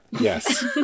yes